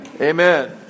Amen